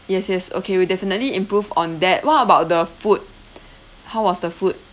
yes yes okay we'll definitely improve on that what about the food how was the food